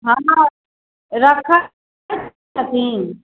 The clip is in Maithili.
हँ रखै छथिन